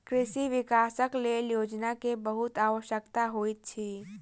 कृषि विकासक लेल योजना के बहुत आवश्यकता होइत अछि